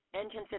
Engine